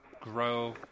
grow